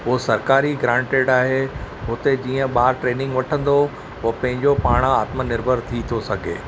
उहो सरकारी ग्रांटेड आहे हुते जीअं ॿार ट्रेनिंग वठंदो हू पंहिंजो पाण आत्मनिर्भर थी थो सघे